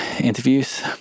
interviews